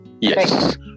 yes